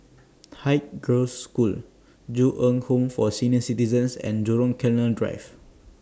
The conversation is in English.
Haig Girls' School Ju Eng Home For Senior Citizens and Jurong Canal Drive